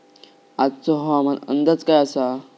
आजचो हवामान अंदाज काय आसा?